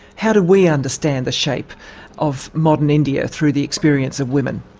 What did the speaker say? how do we understand the shape of modern india through the experience of women?